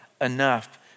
enough